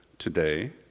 Today